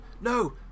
no